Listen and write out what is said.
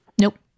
Nope